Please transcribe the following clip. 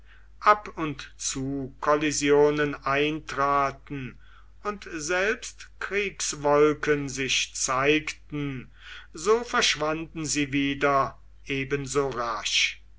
ab und zu kollisionen eintraten und selbst kriegswolken sich zeigten so verschwanden sie wieder ebenso rasch